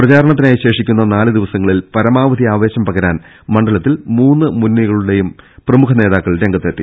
പ്രചാരണത്തിനായി ശേഷിക്കുന്ന നാല് ദിവസങ്ങളിൽ പരമാവധി ആവേശം പകരാൻ മണ്ഡലത്തിൽ മൂന്ന് മുന്നണിക ളുടെയും പ്രമുഖ നേതാക്കൾ രംഗത്തെത്തി